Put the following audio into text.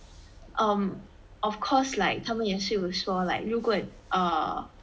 um of course like 他们也是有说 like 如果 err